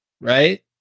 right